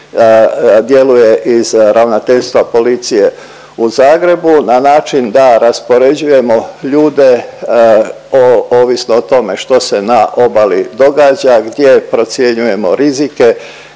djeluje iz Ravnateljstva policije u Zagrebu na način da raspoređujemo ljude o ovisno o tome što se na obali događa, gdje procjenjujemo rizike,